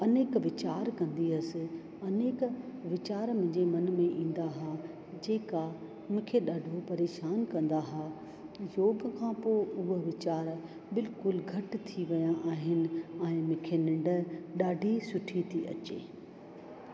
अनेक विचार कंदी हुअसि अनेक विचार मुंहिंजे मन में ईंदा हुआ जेका मूंखे ॾाढो परेशान कंदा हुआ योग खां पोइ उहो विचार बिल्कुलु घटि थी विया आहिनि ऐं मूंखे निंड ॾाढी सुठी थी अचे